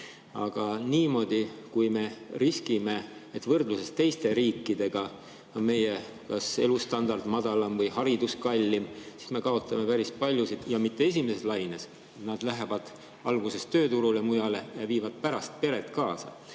Aga niimoodi, kui me riskime, et võrdluses teiste riikidega on meie kas elustandard madalam või haridus kallim, siis me kaotame päris paljud ja mitte esimeses laines. Nad lähevad alguses mujale tööturule, viivad pärast pere kaasa.